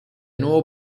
nuevo